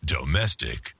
Domestic